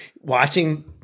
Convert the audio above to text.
watching